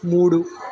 మూడు